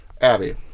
Abby